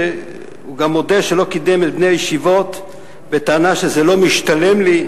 הוא גם מודה שלא קידם את בני הישיבות בטענה ש"זה לא משתלם לי"